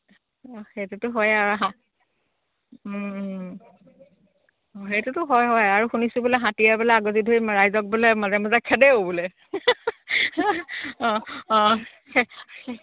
অঁ সেইটোটো হয়েই আৰু সেইটোটো হয় হয় আৰু শুনিছোঁ বোলে হাতীয়ে বোলে আগুছি ধৰি ৰাইজক বোলে মাজে মাজে খেদেও বোলে অঁ অঁ